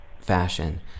fashion